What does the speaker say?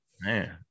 Man